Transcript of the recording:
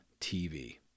TV